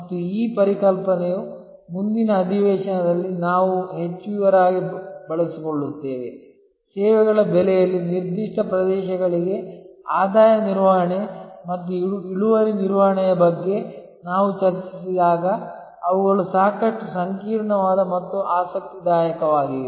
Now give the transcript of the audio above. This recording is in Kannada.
ಮತ್ತು ಈ ಪರಿಕಲ್ಪನೆಯು ಮುಂದಿನ ಅಧಿವೇಶನದಲ್ಲಿ ನಾವು ಹೆಚ್ಚು ವಿವರವಾಗಿ ಬಳಸಿಕೊಳ್ಳುತ್ತೇವೆ ಸೇವೆಗಳ ಬೆಲೆಯಲ್ಲಿ ನಿರ್ದಿಷ್ಟ ಪ್ರದೇಶಗಳಿಗೆ ಆದಾಯ ನಿರ್ವಹಣೆ ಮತ್ತು ಇಳುವರಿ ನಿರ್ವಹಣೆಯ ಬಗ್ಗೆ ನಾವು ಚರ್ಚಿಸಿದಾಗ ಅವುಗಳು ಸಾಕಷ್ಟು ಸಂಕೀರ್ಣವಾದ ಮತ್ತು ಆಸಕ್ತಿದಾಯಕವಾಗಿವೆ